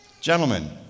gentlemen